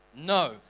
No